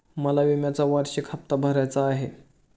मला विम्याचा वार्षिक हप्ता भरायचा आहे